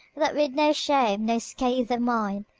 that, with no shame, no scathe of mind,